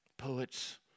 Poets